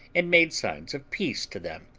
and made signs of peace to them,